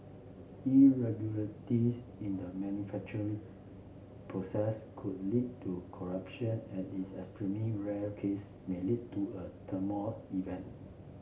irregularities in the manufacturing process could lead to corruption and least extreme rare case may lead to a thermal event